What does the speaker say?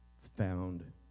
found